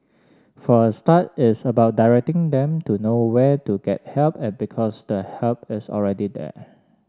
for a start it's about directing them to know where to get help and because the help is already there